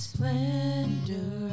splendor